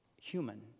human